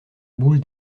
boule